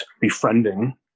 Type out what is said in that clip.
befriending